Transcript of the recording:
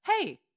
Hey